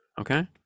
okay